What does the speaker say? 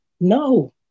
No